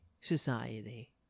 society